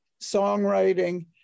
songwriting